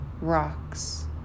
rocks